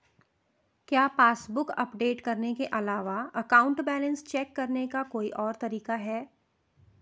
क्या passbook update करने के अलावा अकाउंट बैलेंस चेक करने का कोई और तरीका है?